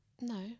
No